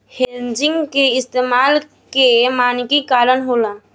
hedging के इस्तमाल के मानकी करण होला